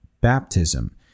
baptism